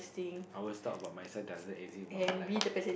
I always talk about exist about my life